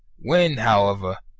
when, however,